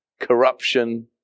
corruption